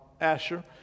Asher